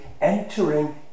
entering